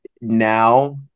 now